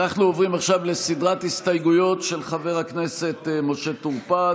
אנחנו עוברים עכשיו לסדרת הסתייגויות של חבר הכנסת משה טור פז.